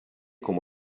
com